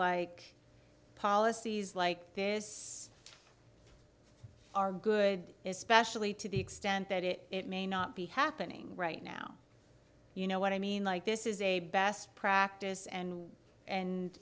like policies like this are good especially to the extent that it it may not be happening right now you know what i mean like this is a best practice and and